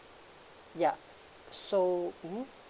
ya so mmhmm